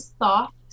soft